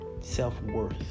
self-worth